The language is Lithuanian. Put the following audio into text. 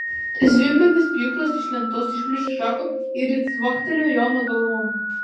zvimbiantis pjūklas iš lentos išplėšė šaką ir ji cvaktelėjo jono galvon